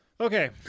okay